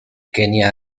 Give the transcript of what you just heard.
kenia